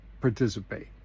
participate